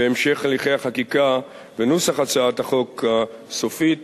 והמשך הליכי החקיקה ונוסח הצעת החוק הסופית